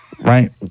Right